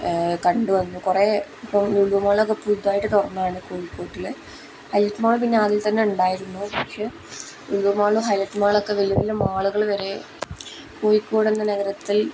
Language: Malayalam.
കണ്ടുവന്നു കുറേ ഇപ്പം ലുലൂ മാളൊക്കെ പുതുതായിട്ട് തുറന്നതാണ് കോഴിക്കോട്ടിൽ ഹൈലൈറ്റ് മാള് പിന്നെ അതിൽ തന്നെ ഉണ്ടായിരുന്നു പക്ഷെ ലുലു മാള് ഹൈലറ്റ് മാളൊക്കെ വലിയ വലിയ മാളുകൾ വരെ കോഴിക്കോട് എന്ന നഗരത്തിൽ